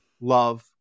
love